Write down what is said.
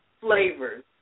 flavors